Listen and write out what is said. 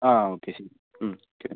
ആ ഓക്കെ ശരി ഓക്കെ